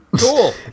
Cool